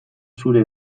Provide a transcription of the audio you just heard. zure